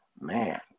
Man